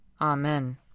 Amen